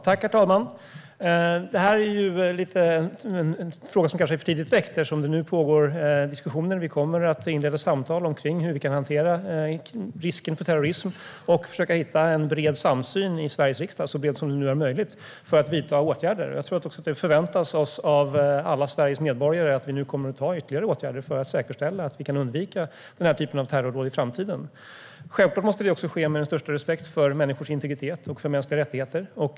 Herr talman! Det här är en fråga som kanske är för tidigt väckt eftersom det nu pågår diskussioner. Vi kommer att inleda samtal om hur man kan hantera risken för terrorism. Vi ska försöka att hitta en så bred samsyn i Sveriges riksdag som möjligt för att vidta åtgärder. Alla Sveriges medborgare förväntar sig nog att vi ska vidta ytterligare åtgärder för att säkerställa att den här typen av terrordåd kan undvikas i framtiden. Självklart måste detta ske med den största respekt för människors integritet och för mänskliga rättigheter.